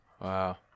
Wow